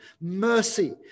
mercy